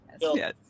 Yes